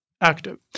active